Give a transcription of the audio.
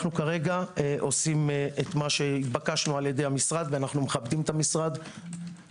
אנו כרגע עושים מה שנתבקשנו על ידי המשרד ומכבדים אותו מאוד.